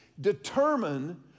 determine